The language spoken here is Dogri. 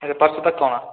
परसों तक्कर आवां